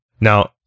Now